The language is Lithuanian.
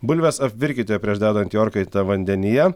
bulves apvirkite prieš dedant į orkaitę vandenyje